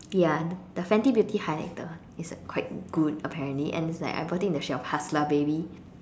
ya the fenty beauty highlighter it's quite good apparently and it's like I bought in the shade of hustler baby